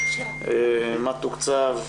מה תוקצב,